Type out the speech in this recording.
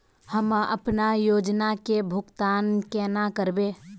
हम अपना योजना के भुगतान केना करबे?